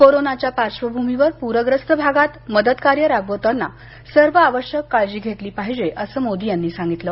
कोरोनाच्या पार्वभूमीवर पूरग्रस्त भागात मदत कार्य राबवताना सर्व आवश्यक काळजी घेतली पाहिजे अस मोदी म्हणाले